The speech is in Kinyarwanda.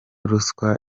ruswa